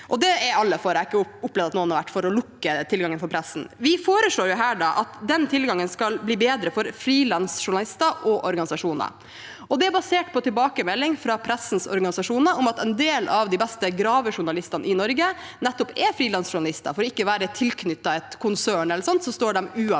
det er alle for. Jeg har ikke opplevd at noen har vært for å lukke tilgangen for pressen. Vi foreslår at den tilgangen skal bli bedre for frilansjournalister og organisasjoner, og det er basert på en tilbakemelding fra pressens organisasjoner om at en del av de beste gravejournalistene i Norge nettopp er frilansjournalister. For ikke å være tilknyttet et konsern